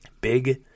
big